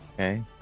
Okay